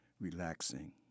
Relaxing